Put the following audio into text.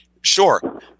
sure